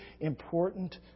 important